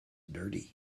dirty